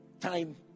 time